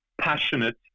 passionate